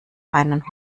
einen